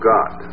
God